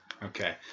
Okay